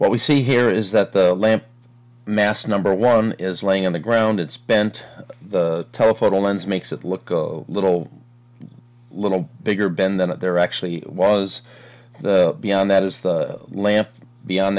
what we see here is that the land mass number one is laying on the ground and spent the telephoto lens makes it look go a little little bigger bend then it there actually was beyond that is the lamp beyond